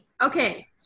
Okay